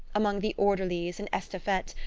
among the orderlies and estafettes,